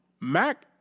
Mac